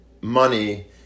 money